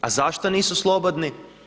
A zašto nisu slobodni?